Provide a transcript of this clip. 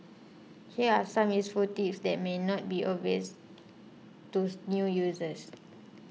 here are some useful tips that may not be obvious to new users